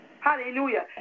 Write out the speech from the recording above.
Hallelujah